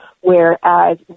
whereas